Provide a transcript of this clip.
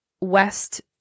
West